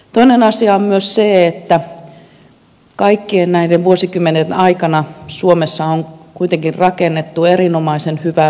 toinen asia on se että kaikkien näiden vuosikymmenien aikana suomessa on kuitenkin rakennettu erinomaisen hyvää hyvinvointiyhteiskuntaa